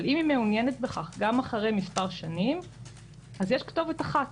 אבל אם היא מעוניינת בכך גם אחרי כמה שנים אז יש כתובת אחת